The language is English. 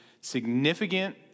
significant